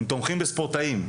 הם תומכים בספורטאים.